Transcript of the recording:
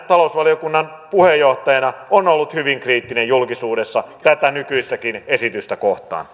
talousvaliokunnan puheenjohtajana on ollut hyvin kriittinen julkisuudessa tätä nykyistäkin esitystä kohtaan